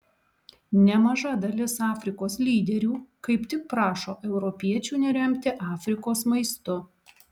nemaža dalis afrikos lyderių kaip tik prašo europiečių neremti afrikos maistu